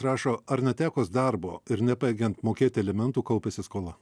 rašo ar netekus darbo ir nepajėgiant mokėti elementų kaupiasi skola